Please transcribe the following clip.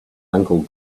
uncle